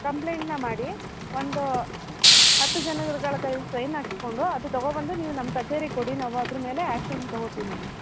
ಕಂಪ್ಲೇಂಟ್ನ ಮಾಡಿ ಒಂದು ಹತ್ತು ಜನಗಳ ಕೈಲ್ಲಿ ಸೈನ್ ಹಾಕ್ಸಿಕೊಂಡು ಅದು ತೊಗೋಬಂದು ನೀವು ನಮ್ಮ ಕಚೇರಿಗೆ ಕೊಡಿ ನಾವು ಅದ್ರ ಮೇಲೆ ಆ್ಯಕ್ಷನ್ ತೊಗೋತೀವಿ ನಾವು